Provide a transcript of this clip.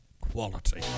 Quality